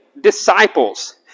disciples